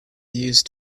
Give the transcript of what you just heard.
used